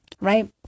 Right